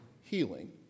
healing